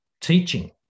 Teaching